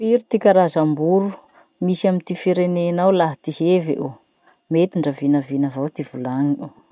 Firy ty karazam-boro misy amy ty firenenao laha ty hevy o? Mety ndra vinavina avao ty volany o.